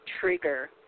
trigger